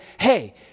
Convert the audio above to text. Hey